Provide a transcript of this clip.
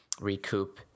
recoup